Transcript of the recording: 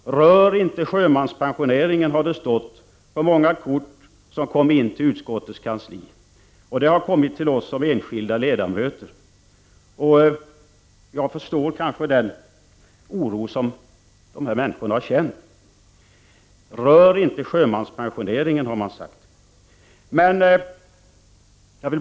”Rör ej sjömanspensioneringen”, har det stått på många kort som kommit in till utskottets kansli. De har kommit till oss som enskilda ledamöter. Jag förstår den oro dessa människor känt. Rör inte sjömanspensioneringen, har man sagt.